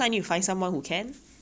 yeah